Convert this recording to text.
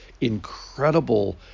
incredible